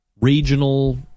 Regional